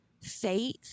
faith